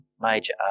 major